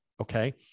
Okay